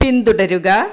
പിന്തുടരുക